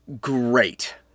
great